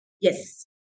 Yes